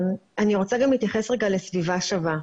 אני רוצה גם להתייחס רגע ל"סביבה שווה"